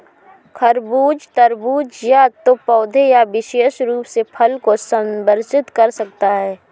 खरबूज, तरबूज या तो पौधे या विशेष रूप से फल को संदर्भित कर सकता है